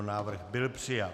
Návrh byl přijat.